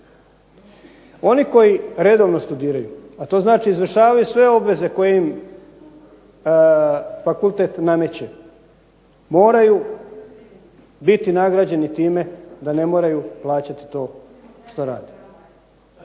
Oni koji redovno studiraju, a to znači izvršavaju sve obveze koje im fakultet nameće, moraju biti nagrađeni time da ne moraju plaćati to što rade,